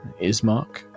Ismark